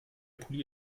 pulli